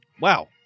Wow